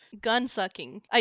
gun-sucking